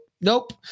nope